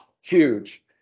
huge